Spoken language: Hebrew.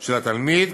של התלמיד,